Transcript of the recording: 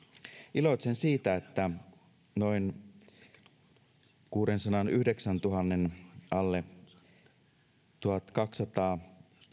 iloitsen siitä että noin kuudensadanyhdeksäntuhannen alle tuhatkaksisataa